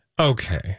Okay